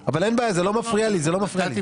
אבל אין בעיה, זה לא מפריע לי, זה לא מפריע לי.